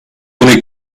bunu